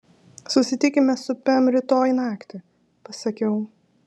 susitikime su pem rytoj naktį pasakiau